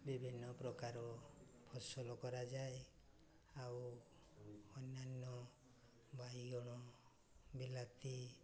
ବିଭିନ୍ନ ପ୍ରକାର ଫସଲ କରାଯାଏ ଆଉ ଅନ୍ୟାନ୍ୟ ବାଇଗଣ ବିଲାତି